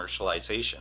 commercialization